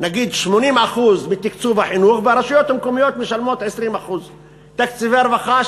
נגיד 80% מתקציב החינוך והרשויות משלמות 20%. תקציבי הרווחה,